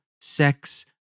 sex